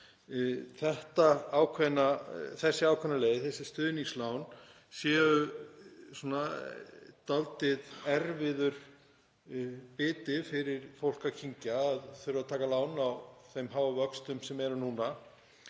með þessa ákveðnu leið að þessi stuðningslán séu dálítið erfiður biti fyrir fólk að kyngja, að þurfa að taka lán á þeim háu vöxtum sem eru núna.